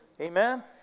Amen